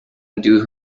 undo